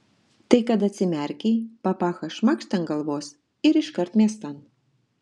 tai kad atsimerkei papachą šmakšt ant galvos ir iškart miestan